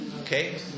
Okay